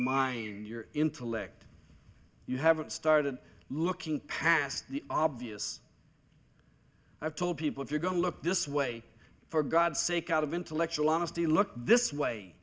and your intellect you haven't started looking past the obvious i've told people if you're going to look this way for god's sake out of intellectual honesty look this way